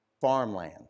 farmland